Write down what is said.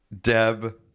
Deb